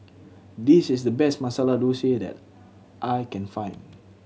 this is the best Masala Dosa that I can find